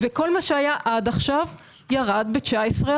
וכל מה שהיה עד כה, ירד ב-19%.